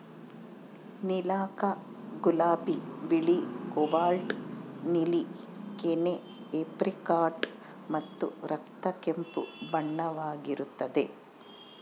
ನೀಲಕ ಗುಲಾಬಿ ಬಿಳಿ ಕೋಬಾಲ್ಟ್ ನೀಲಿ ಕೆನೆ ಏಪ್ರಿಕಾಟ್ ಮತ್ತು ರಕ್ತ ಕೆಂಪು ಬಣ್ಣವಾಗಿರುತ್ತದೆ